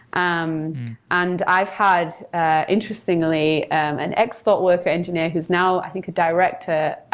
um and i've had interestingly an expert worker engineer who's now, i think, a director.